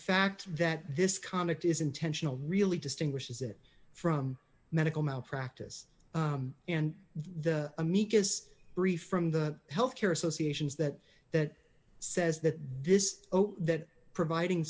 fact that this conduct is intentional really distinguishes it from medical malpractise and the amicus brief from the health care associations that that says that this oh that providing